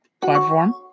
platform